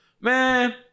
Man